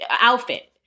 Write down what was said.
outfit